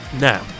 now